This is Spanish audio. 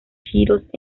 giros